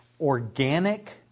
organic